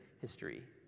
history